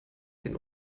den